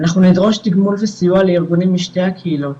אנחנו נדרוש תגמול וסיוע לארגונים משתי הקהילות